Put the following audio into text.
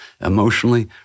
emotionally